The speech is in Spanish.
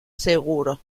seguro